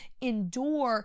endure